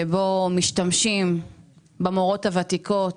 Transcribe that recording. בו משתמשים במורות הוותיקות